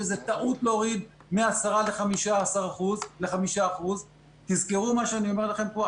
זאת טעות להוריד מ- 10% ל- 5%. תזכרו מה שאני אומר לכם פה,